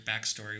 backstory